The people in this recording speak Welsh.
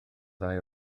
ddau